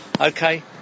okay